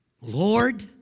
Lord